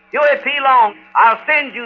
huey p. long. i'll send you